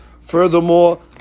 Furthermore